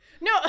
No